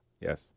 Yes